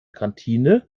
kantine